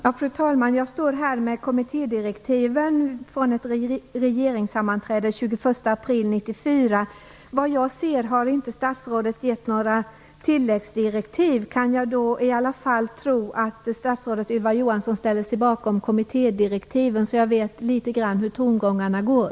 Fru talman! Jag står här med kommittédirektiven från ett regeringssammanträde den 21 april 1994. Vad jag kan se har statsrådet inte gett några tilläggsdirektiv. Innebär det att statsrådet Ylva Johansson ställer sig bakom kommittédirektiven? Jag vill veta litet grand hur tongångarna går.